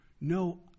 no